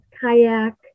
kayak